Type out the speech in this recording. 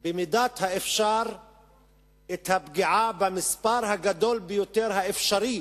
במידת האפשר את הפגיעה במספר הגדול ביותר האפשרי